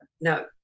No